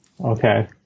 okay